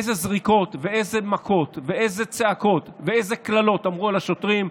אילו זריקות ואילו מכות ואיזה צעקות ואילו קללות אמרו על השוטרים,